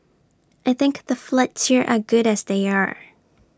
I think the flats here are good as they are